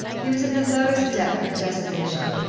he was in the lowest depth of desolation.